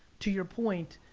to your point,